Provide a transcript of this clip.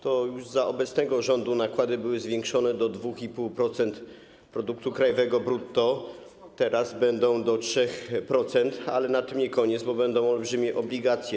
To już za obecnego rządu nakłady były zwiększone do 2,5% produktu krajowego brutto, teraz będą do 3%, ale na tym nie koniec, bo będą olbrzymie obligacje.